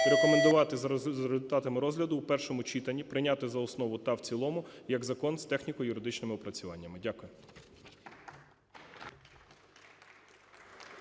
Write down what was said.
рекомендувати за результатами розгляду в першому читанні прийняти за основу та в цілому як закон з техніко-юридичними опрацюваннями. Дякую.